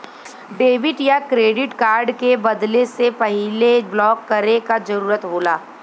debit या credit card के बदले से पहले ब्लॉक करे क जरुरत होला